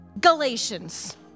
Galatians